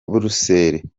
buruseli